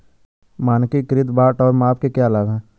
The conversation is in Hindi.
मानकीकृत बाट और माप के क्या लाभ हैं?